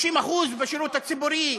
50% בשירות הציבורי.